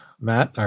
Matt